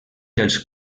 dels